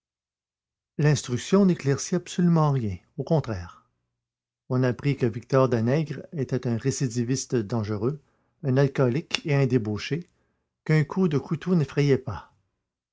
l'instruction n'éclaircit absolument rien au contraire on apprit que victor danègre était un récidiviste dangereux un alcoolique et un débauché qu'un coup de couteau n'effrayait pas